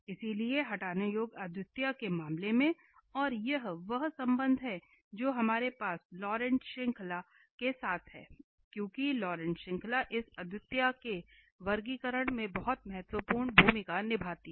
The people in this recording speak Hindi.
इसलिए हटाने योग्य अद्वितीयता के मामले में और यह वह संबंध है जो हमारे पास लॉरेंट श्रृंखला के साथ है क्योंकि लॉरेंट श्रृंखला इस अद्वितीयता के वर्गीकरण में बहुत महत्वपूर्ण भूमिका निभाती है